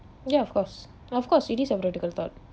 ya of course of course it is a practical thought